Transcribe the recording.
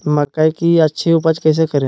मकई की अच्छी उपज कैसे करे?